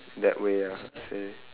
that way ah